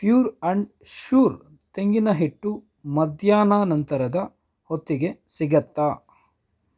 fur and sure ತೆಂಗಿನ ಹಿಟ್ಟು ಮಧ್ಯಾಹ್ನಾನಂತರದ ಹೊತ್ತಿಗೆ ಸಿಗುತ್ತಾ